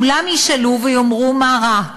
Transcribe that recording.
כולם ישאלו ויאמרו, מה רע?